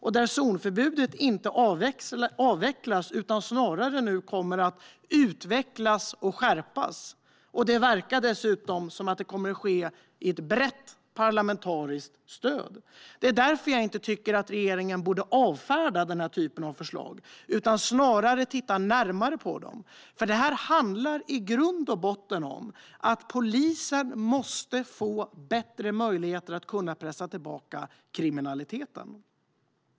Enligt förslaget avvecklas inte zonförbudet, utan det kommer snarare att utvecklas och skärpas. Det verkar dessutom som att det kommer att ske med ett brett parlamentariskt stöd. Därför tycker jag att regeringen inte bör avfärda den typen av förslag utan snarare titta närmare på dem. Det handlar i grund och botten om att polisen måste få bättre möjligheter att pressa tillbaka kriminaliteten.